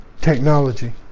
technology